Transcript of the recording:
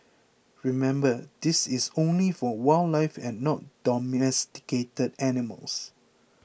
remember this is only for wildlife and not domesticated animals